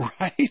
right